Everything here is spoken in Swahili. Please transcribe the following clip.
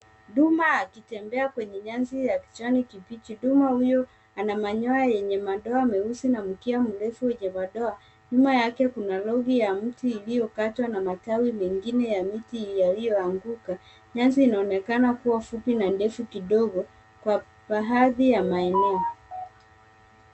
Duma akitembea kwenye nyasi ya kijani kibichi, duma ana manyoya enye madoa meusi na mkia mrefu enye madoa, nyuma yake kuna roli ya mti iliyokatwa na matawi mengine ya miti yaliyoanguka. nyasi inaonekana kuwa fupi na ndefu kidogo kwa baadhi ya maeneo.